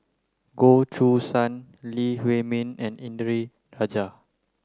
Goh Choo San Lee Huei Min and Indranee Rajah